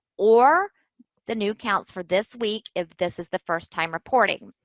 or the new counts for this week if this is the first time reporting.